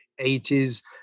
80s